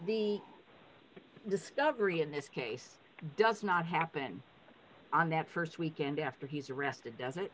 the discovery in this case does not happen on that st weekend after he's arrested does